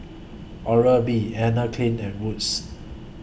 Oral B Anne Klein and Wood's